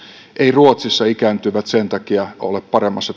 ruotsissa ikääntyvillä sen takia ole parempi